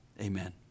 Amen